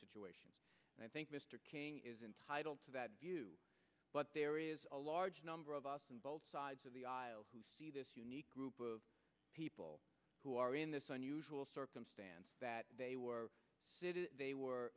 situation and i think mr king is entitled to that view but there is a large number of us in both sides of the aisle who see this unique group of people who are in this unusual circumstance that they were they were